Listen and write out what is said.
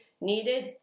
needed